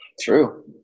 True